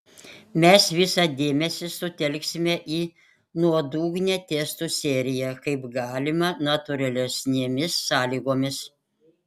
mes visą dėmesį sutelksime į nuodugnią testų seriją kaip galima natūralesnėmis sąlygomis